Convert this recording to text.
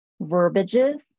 verbiages